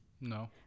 No